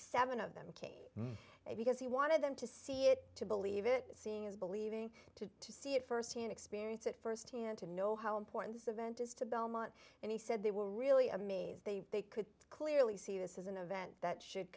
seven of them came because he wanted them to see it to believe it seeing is believing to see it firsthand experience it firsthand to know how important this event is to belmont and he said they were really amazed they they could clearly see this is an event that should